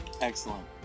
Excellent